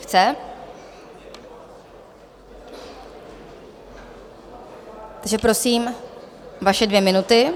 Chce, takže prosím, vaše dvě minuty.